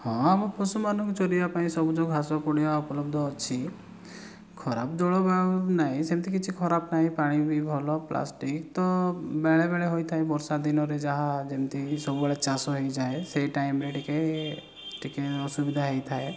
ହଁ ଆମ ପଶୁମାନଙ୍କ ଚରିବା ପାଇଁ ସବୁଜ ଘାସ ପଡ଼ିଆ ଉପଲବ୍ଧ ଅଛି ଖରାପ ଜଳବାୟୁ ନାହିଁ ସେମିତି କିଛି ଖରାପ ନାହିଁ ପାଣି ବି ଭଲ ପ୍ଲାଷ୍ଟିକ୍ ତ ବେଳେବେଳେ ହୋଇଥାଏ ବର୍ଷା ଦିନରେ ଯାହା ଯେମିତି ସବୁବେଳେ ଚାଷ ହୋଇଯାଏ ସେହି ଟାଇମ୍ରେ ଟିକିଏ ଟିକିଏ ଅସୁବିଧା ହୋଇଥାଏ